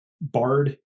bard